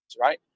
Right